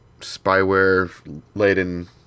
spyware-laden